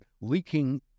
leaking